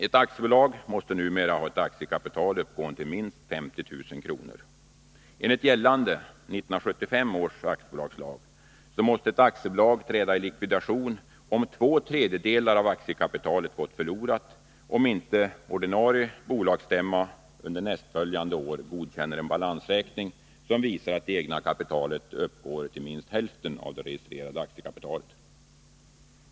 Ett aktiebolag måste numera ha ett aktiekapital uppgående till minst 50 000 kr. Enligt gällande, 1975 års, aktiebolagslag måste ett aktiebolag träda i likvidation om två tredjedelar av aktiekapitalet gått förlorat och om inte ordinarie bolagsstämma under nästföljande år godkänner en balansräkning som visar att det egna kapitalet uppgår till minst hälften av det registrerade aktiekapitalet.